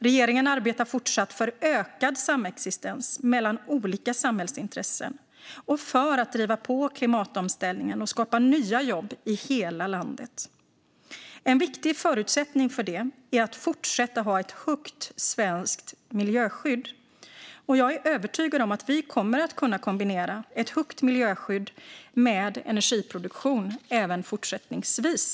Regeringen arbetar fortsatt för ökad samexistens mellan olika samhällsintressen och för att driva på klimatomställningen och skapa nya jobb i hela landet. En viktig förutsättning för detta är att fortsätta ha ett högt svenskt miljöskydd. Jag är övertygad om att vi kommer att kunna kombinera ett högt miljöskydd med energiproduktion även fortsättningsvis.